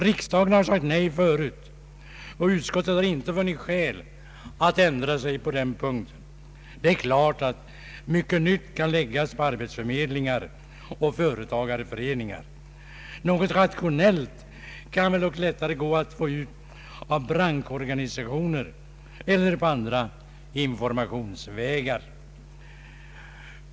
Riksdagen har sagt nej förut, och utskottet har inte funnit skäl till ändring på den punkten. Det är klart att mycket nytt kan läggas på arbetsförmedlingar och företagarföreningar. Något rationellt kan det väl dock lättare gå att få ut av branschorganisationer eller på andra informationsvägar.